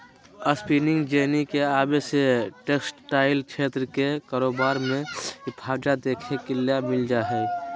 spinning jenny के आवे से टेक्सटाइल क्षेत्र के कारोबार मे इजाफा देखे ल मिल लय हें